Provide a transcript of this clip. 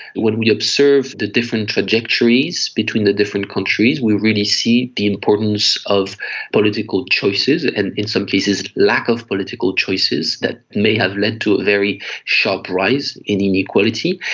when we observe the different trajectories between the different countries we really see the importance of political choices and in some cases lack of political choices that may have led to a very sharp rise in inequality.